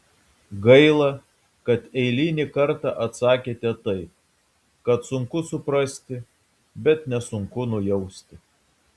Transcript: gaila kad eilinį kartą atsakėte taip kad sunku suprasti bet nesunku nujausti